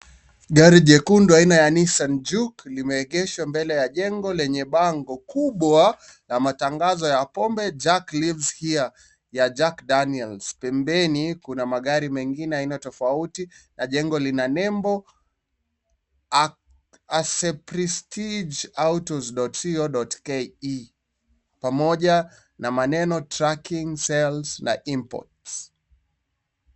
Gari jekundu aina ya Nissan Juke limeegeshwa mbele ya jengo lenye bango kubwa la matangazo ya pombe Jack Lives Here ya Jack Daniels. Pembeni kuna magari mengine aina tofauti na jengo lina nembo aceprestigeautos.co.ke pamoja na maneno Tracking Sales na Imports .